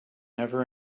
never